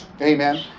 Amen